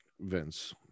Vince